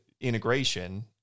integration